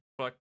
fuck